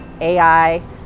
AI